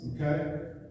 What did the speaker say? Okay